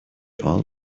all